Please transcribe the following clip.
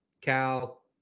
Cal